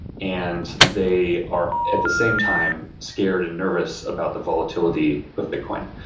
and they are at the same time scared and nervous about the volatility of bitcoin.